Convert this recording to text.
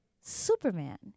Superman